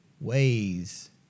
ways